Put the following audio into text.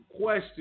question